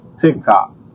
TikTok